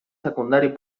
secundari